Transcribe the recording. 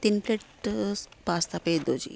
ਤਿੰਨ plates pasta ਭੇਜ ਦਿਉ ਜੀ